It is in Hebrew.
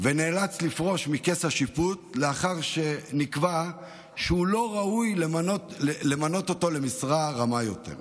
ונאלץ לפרוש מכס השיפוט לאחר שנקבע שלא ראוי למנות אותו למשרה רמה יותר.